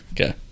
okay